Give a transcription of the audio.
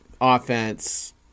offense